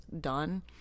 done